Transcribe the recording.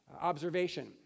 observation